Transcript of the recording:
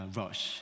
rush